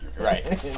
Right